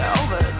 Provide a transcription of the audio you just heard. over